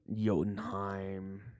Jotunheim